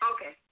Okay